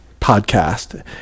podcast